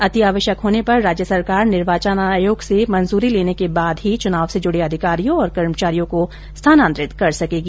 अति आवश्यक होने पर राज्य सरकार निर्वाचन आयोग से मंजूरी लेने के बाद ही चुनाव से जुड़े अधिकारियों और कर्मचारियों को स्थानान्तरित कर सकेगी